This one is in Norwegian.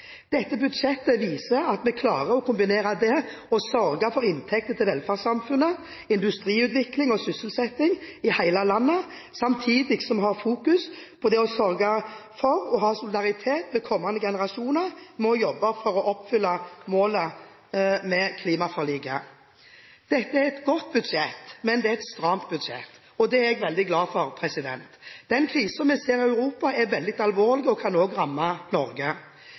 Dette budsjettet viser at vi klarer å kombinere det å sørge for inntekter til velferdssamfunnet, til industriutvikling og sysselsetting i hele landet og samtidig ha fokus på det å sørge for å ha solidaritet med kommende generasjoner ved å jobbe for å oppfylle målet med klimaforliket. Dette er et godt budsjett, men det er et stramt budsjett. Det er jeg veldig glad for. Den krisen vi ser i Europa, er veldig alvorlig og kan også ramme Norge.